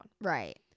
Right